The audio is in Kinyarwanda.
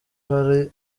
hari